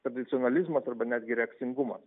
tradicionalizmas arba netgi reakcingumas